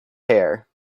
hare